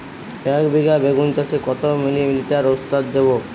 একবিঘা বেগুন চাষে কত মিলি লিটার ওস্তাদ দেবো?